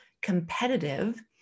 competitive